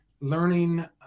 learning